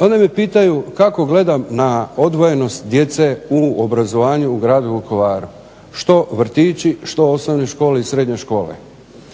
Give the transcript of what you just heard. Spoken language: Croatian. onda me pitaju kako gledam na odvojenost djece u obrazovanju u gradu Vukovaru? Što vrtići, što osnovne škole i srednje škole.